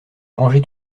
rangeait